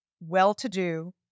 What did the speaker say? well-to-do